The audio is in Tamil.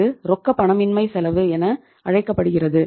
இது ரொக்கப்பணமின்மை செலவு என அழைக்கப்படுகிறது